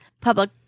Public